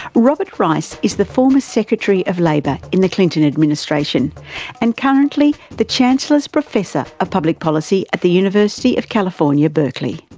robert reich is the former secretary of labour in the clinton administration and currently the chancellor's professor of public policy at the university of california, berkeley.